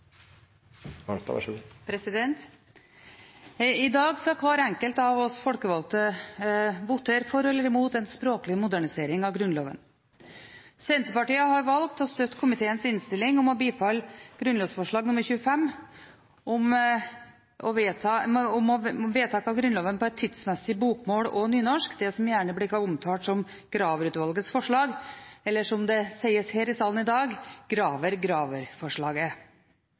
språklig modernisering av Grunnloven. Senterpartiet har valgt å støtte komiteens innstilling, å bifalle grunnlovsforslag nr. 25, om vedtak av Grunnloven på tidsmessig bokmål og nynorsk, som gjerne blir omtalt som Graver-utvalgets forslag, eller – som det sies her i salen i dag